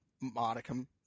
modicum